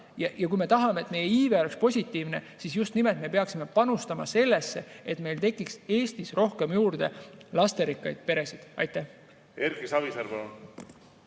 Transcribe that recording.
Ja kui me tahame, et meie iive oleks positiivne, siis just nimelt me peaksime panustama sellesse, et meil tekiks Eestis rohkem juurde lasterikkaid peresid. Erki